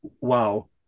wow